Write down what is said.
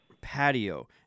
patio